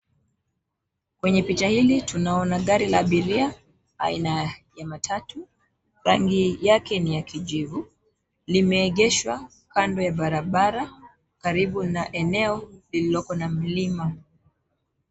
Kwenye picha hili tunaona gari la abiria aina ya matatu. Rangi yake ni ya kijivu. Limeegeshwa kando ya barabara karibu na eneo lililoko na mlima.